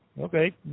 okay